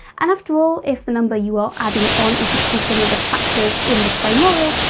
and after all, if the number you are adding on is equal to any of the factors in the primorial,